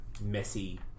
messy